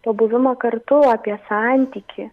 pabuvimą kartu apie santykį